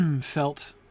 felt